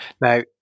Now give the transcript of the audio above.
Now